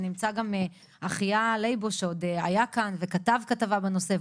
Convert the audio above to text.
ונמצא גם אחיה לייבו שעוד היה כאן וכתב כתבה בנושא,